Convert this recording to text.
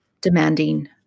demanding